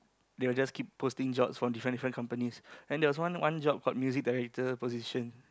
they will just keep posting jobs from different different companies and there is one one job called music director position